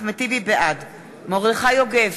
בעד מרדכי יוגב,